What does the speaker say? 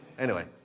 anyway.